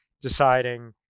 deciding